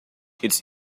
its